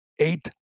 eight